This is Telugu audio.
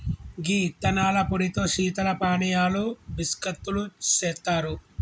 గీ యిత్తనాల పొడితో శీతల పానీయాలు బిస్కత్తులు సెత్తారు